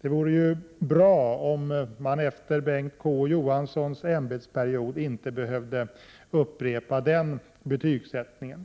Det vore bra om man efter Bengt K Å Johanssons ämbetsperiod inte behövde upprepa den betygssättningen.